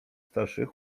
starszych